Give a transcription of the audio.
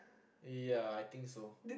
ya I think so